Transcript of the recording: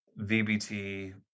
VBT